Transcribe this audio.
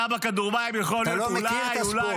אתה לא מכיר את הספורט.